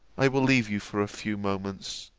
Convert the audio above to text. i will leave you for a few moments.